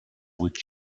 would